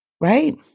Right